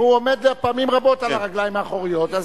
הוא עומד פעמים רבות על הרגליים האחוריות,